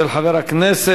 של חבר הכנסת